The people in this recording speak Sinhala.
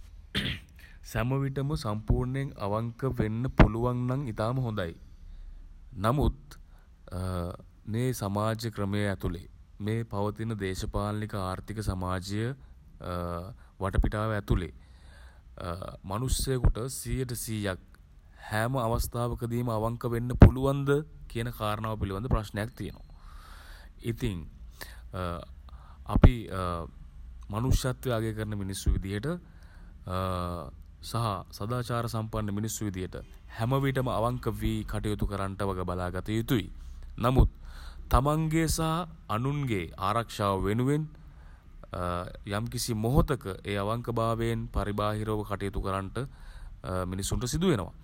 සැමවිටම සම්පුර්ණයෙන් අවංක වෙන්න පුළුවන් නම් ඉතාම හොඳයි. නමුත් මේ සමාජ ක්‍රමය ඇතුළේ මේ පවතින දේශපාලනික ආර්ථික සමාජයීය වටපිටාව ඇතුළේ මනුස්සයෙකුට සියයට සීයක් හැම අවස්ථාවකදීම අවංක වෙන්න පුළුවන්ද කියන කාරණාව පිළිබඳ ප්‍රශ්නයක් තියෙනවා. ඉතින් අපි මනුෂ්‍යත්වය අගය කරන මිනිස්සු විදියට සහ සදාචාරසම්පන්න මිනිස්සු හැම විටම අවංක කටයුතු කරන්නට වග බලාගත යුතුයි. නමුත් තමන්ගේ සහ අනුනගේ ආරක්ෂාව වෙනුවෙන් යම් කිසි මොහොතක ඒ අවංකභාවයෙන් පරිබාහිරව කටයුතු කරන්නට මිනිසුන්ට සිදු වෙනවා.